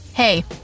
Hey